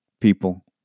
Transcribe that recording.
people